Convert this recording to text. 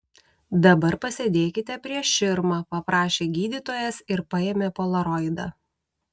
dabar pasėdėkite prieš širmą paprašė gydytojas ir paėmė polaroidą